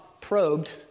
probed